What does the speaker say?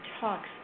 talks